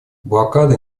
блокада